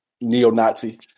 neo-Nazi